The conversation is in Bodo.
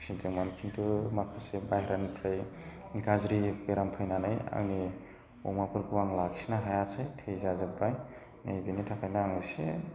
फिसिदोंमोन खिन्थु माखासे बाहेरानिफ्राय गाज्रि बेराम फैनानै आंनि अमाफोरखौ आङो लाखिनो हायासै थैजा जोब्बाय नै बेनि थाखायनो आङो इसे